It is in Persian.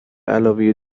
علاوه